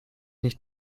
nicht